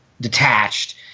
detached